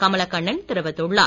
கமலக்கண்ணன் தெரிவித்துள்ளார்